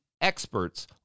experts